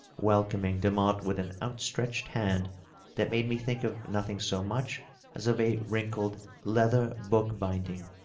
welcoming demotte with an outstretehed hand that made me think of nothing so much as of a wrinkled leather book-binding.